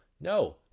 no